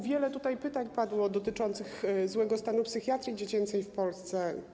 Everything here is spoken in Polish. Wiele tutaj pytań padło dotyczących złego stanu psychiatrii dziecięcej w Polsce.